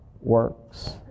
works